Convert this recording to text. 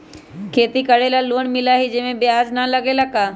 खेती करे ला लोन मिलहई जे में ब्याज न लगेला का?